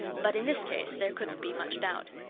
but in this case there couldn't be much doubt.